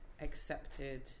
accepted